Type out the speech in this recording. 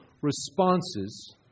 responses